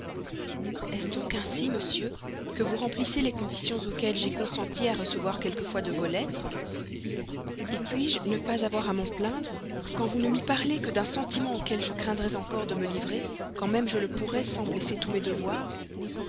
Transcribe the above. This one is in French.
est-ce donc ainsi monsieur que vous remplissez les conditions auxquelles j'ai consenti à recevoir quelquefois de vos lettres et puis-je ne pas avoir à m'en plaindre quand vous ne m'y parlez que d'un sentiment auquel je craindrais encore de me livrer quand même je le pourrais sans blesser tous mes devoirs